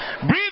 Breathe